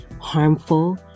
harmful